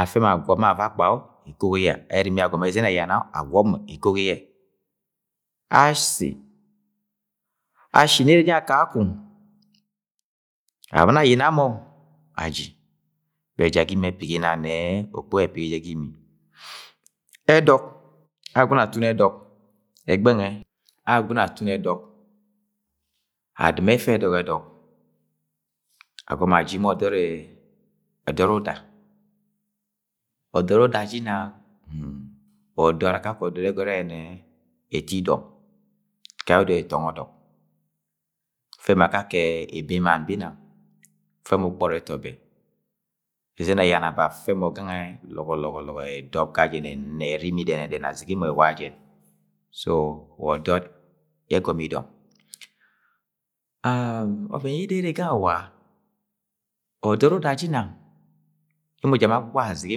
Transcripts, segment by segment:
Afẹ mọ agwọp ma avakp o ekogi yẹ ẹrimi yẹ agọmọ ẹzẹn ẹyayana o ekogi yẹ, asi ashi nẹ ere jinang kakọng ẹbani ayina mọ-o aji bet ja ga imi ẹpigi ne-e. Okpup ẹpigi jẹ ga imi ẹdọk Agwagune atun ẹdok ẹgbẹn nwẹ Agwagune atun ẹdok, adɨma ẹdọk-ẹdọk agọmọ aji ma ọdọd wa ọdọd akakẹ ọdọd yẹ ẹgọrẹ nẹ ato idọm gaye odo ẹjọngọ ọdọk. Fẹ mọ akake-e ebemann binang, fẹ mọ ukpọri ẹtọ bẹ, ẹzẹn ẹyayana bẹ afẹ mọ gangẹ lọgọlọgọlọgọ e-edọp ga jẹn ẹrimi dẹnẹdẹnẹ azigi mọ ẹwa ajẹn so wa ọdọd yẹ ẹgọmọ idọ ọvẹn yida ere gangẹ wa, ọdọd uda jiang emo ja amo agbagbaga azigi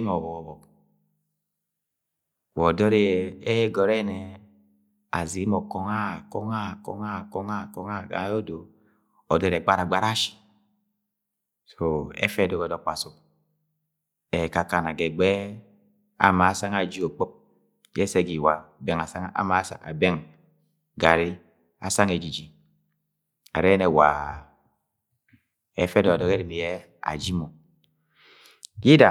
mọ ọbọk-ọbọk wa ọdọ-e- ẹgọrẹ azigi mọ kọngha-kọn-gha-kọngha-kọngha gayẹodo ọdọd ẹ gbara-gbara ashi, so effa ẹdọk-ẹdọk kpasuk ẹ-ẹkakana ga egbe ama asang ye aji okpup yẹ esse ga iwa bẹng bẹng gari asang ejiji arẹ nẹ wa, effa ẹdọ-ẹdọk erimi yẹ aji mọ yida.